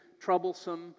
troublesome